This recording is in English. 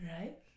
right